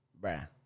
Bruh